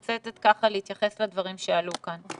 להתייחס לדברים שעלו כאן.